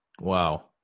wow